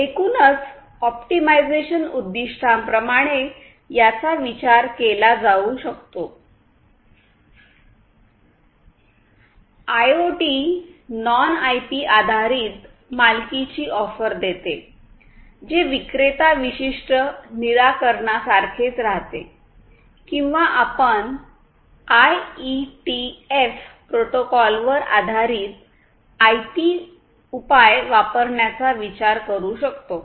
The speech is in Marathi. एकूणच ऑप्टिमायझेशन उद्दीष्टाप्रमाणे याचा विचार केला जाऊ शकतो आयओटी नॉन आयपी आधारित मालकीची ऑफर देते जे विक्रेता विशिष्ट निराकरणासारखेच राहते किंवा आपण आयईटीएफ प्रोटोकॉलवर आधारित आयपी उपाय वापरण्याचा विचार करू शकतो